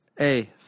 A-